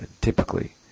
typically